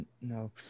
no